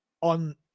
on